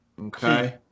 Okay